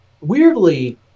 Weirdly